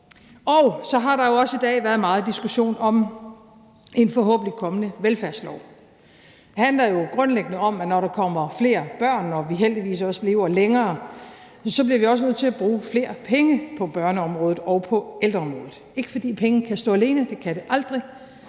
Og så har der jo også i dag være meget diskussion om en forhåbentlig kommende velfærdslov. Det handler jo grundlæggende om, at når der kommer flere børn og vi heldigvis også lever længere, bliver vi også nødt til at bruge flere penge på børneområdet og på ældreområdet. Det er ikke, fordi penge kan stå alene, det kan de aldrig,